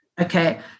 okay